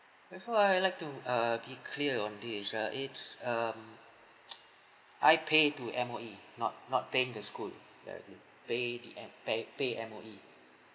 that so I like to err be cleared on this uh it's um I pay to M_O_E not not paying the school pay the M pay pay M_O_E